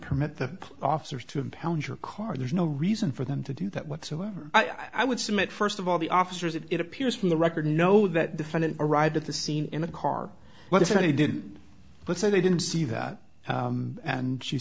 permit the officers to impound your car there's no reason for them to do that whatsoever i would submit first of all the officers if it appears from the record know that defendant arrived at the scene in the car what if he didn't but say they didn't see that and she